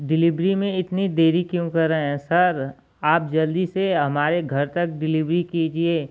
delivery में इतनी देरी क्यों कर रहे हैं सर आप जल्दी से हमारे घर तक डिलेवरी कीजिए